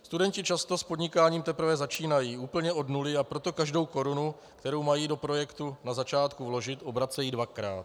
Studenti často s podnikáním teprve začínají úplně od nuly, a proto každou korunu, kterou mají do projektu na začátku vložit, obracejí dvakrát.